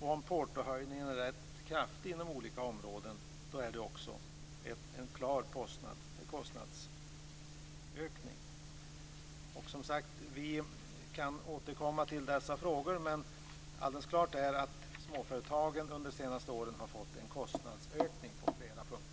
och om portohöjningen är rätt kraftig inom olika områden är det också en klar kostnadsökning. Vi kan återkomma till dessa frågor, som sagt var, men helt klart är att småföretagen under de senaste åren har fått en kostnadsökning på flera punkter.